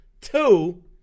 Two